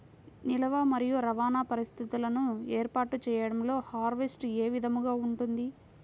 నిల్వ మరియు రవాణా పరిస్థితులను ఏర్పాటు చేయడంలో హార్వెస్ట్ ఏ విధముగా ఉంటుంది?